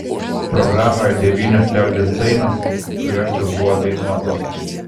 programoje devynios liaudies dainos kurios jau buvo dainuotos